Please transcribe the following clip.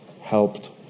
helped